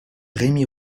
rémy